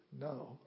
No